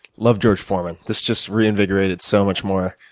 love george foreman. this just reinvigorated so much more